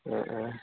অঁ অঁ